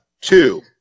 Two